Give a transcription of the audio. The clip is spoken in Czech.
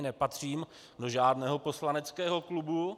Nepatřím do žádného poslaneckého klubu.